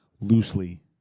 Loosely